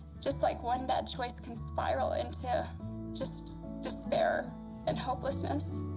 just, like, one bad choice can spiral into just despair and hopelessness,